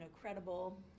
credible